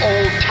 Old